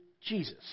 Jesus